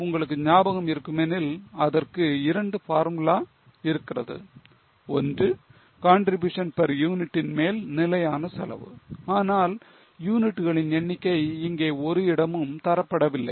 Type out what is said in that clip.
உங்களுக்கு ஞாபகம் இருக்கும் எனில் அதற்கு 2 பார்முலா இருக்கிறது ஒன்று contribution per unit ன் மேல் நிலையான செலவு ஆனால் யூனிட்டுகளின் எண்ணிக்கை இங்கே ஒரு இடமும் தரப்படவில்லை